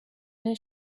his